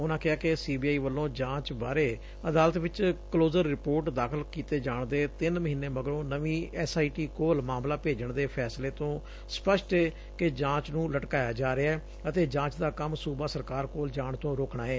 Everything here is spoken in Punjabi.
ਉਨੂਾ ਕਿਹਾ ਕਿ ਸੀ ਬੀ ਆਈ ਵਲੋਂ ਜਾਚ ਬਾਰੇ ਅਦਾਲਤ ਵਿਚ ਕਲੋਜ਼ਰ ਰਿਪੋਰਟ ਦਾਖਲ ਕੀਤੇ ਜਾਣ ਦੇ ਤਿੰਨ ਮਹੀਨੇ ਮਗਰੋਂ ਨਵੀਂ ਐਸ ਆਈ ਟੀ ਕੋਲ ਮਾਮਲਾ ਭੇਜਣ ਦੇ ਫੈਸਲੇ ਤੋਂ ਸਪਸ਼ਟ ਏ ਕਿ ਜਾਂਚ ਨੁੰ ਲਟਕਾਇਆ ਜਾ ਰਿਹੈ ਅਤੇ ਜਾਂਚ ਦਾ ਕੰਮ ਸੁਬਾ ਸਰਕਾਰ ਕੋਲ ਜਾਣ ਤੋਂ ਰੋਕਣਾ ਏ